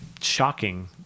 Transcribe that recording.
shocking